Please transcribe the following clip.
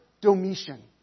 Domitian